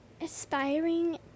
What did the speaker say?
aspiring